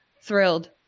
thrilled